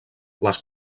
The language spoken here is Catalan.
les